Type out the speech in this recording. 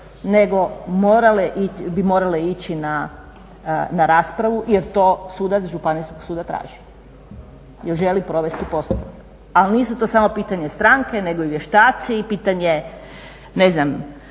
nego bi morale ići na raspravu jer to sudac županijskog suda traži jer želi provesti postupak. Ali nisu to samo pitanja stranke nego i vještaci, pitanje nekih